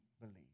believe